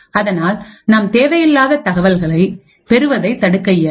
அதனால் நாம் தேவையில்லாத தகவல்களை பெறுவதை தடுக்க இயலும்